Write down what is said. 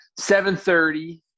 7.30